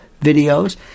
videos